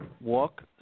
walk